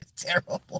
Terrible